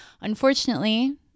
unfortunately